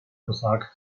versagt